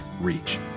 reach